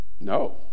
No